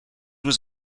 was